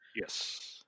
Yes